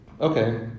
Okay